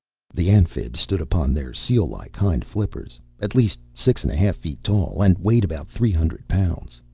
the amphibs stood upon their seal-like hind flippers at least six and a half feet tall and weighed about three hundred pounds.